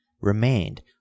REMAINED